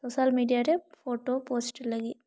social media ᱨᱮ photo post ᱞᱟᱹᱜᱤᱫ